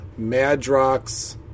Madrox